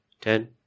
Ten